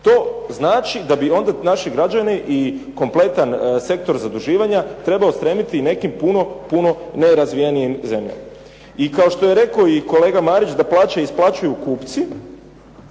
To znači da bi onda naši građani i kompletan sektor zaduživanja trebao stremiti nekim puno nerazvijenijim zemljama. I kao što je rekao i kolega Marić da plaće isplaćuju kupci.